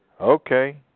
Okay